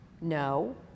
no